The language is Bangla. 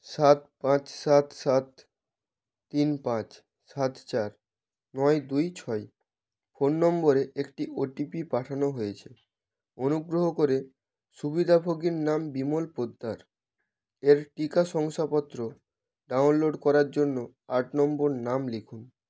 সাত পাঁচ সাত সাত তিন পাঁচ সাত চার নয় দুই ছয় ফোন নম্বরে একটি ওটিপি পাঠানো হয়েছে অনুগ্রহ করে সুবিধাভোগীর নাম বিমল পোদ্দার এর টিকা শংসাপত্র ডাউনলোড করার জন্য আট নম্বর নাম লিখুন